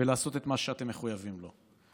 ולעשות את מה שאתם מחויבים לו.